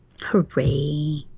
Hooray